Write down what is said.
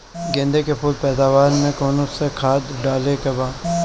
गेदे के फूल पैदवार मे काउन् सा खाद डाले के बा?